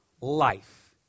life